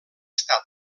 estat